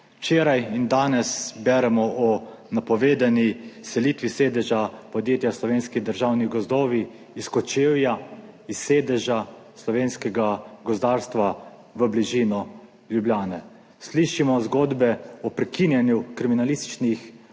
Včeraj in danes beremo o napovedani selitvi sedeža podjetja Slovenski državni gozdovi iz Kočevja, iz sedeža slovenskega gozdarstva v bližino Ljubljane. Slišimo zgodbe o prekinjanju kriminalističnih